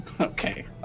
Okay